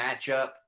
matchup